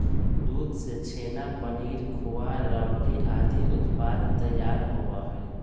दूध से छेना, पनीर, खोआ, रबड़ी आदि उत्पाद तैयार होबा हई